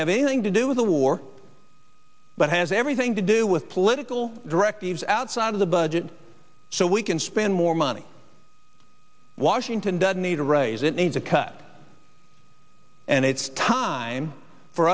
have anything to do with the war but has everything to do with political directives outside of the budget so we can spend more money washington doesn't need to raise it need to cut and it's time for